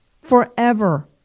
forever